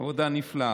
עבודה נפלאה.